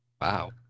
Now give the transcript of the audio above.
Wow